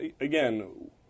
Again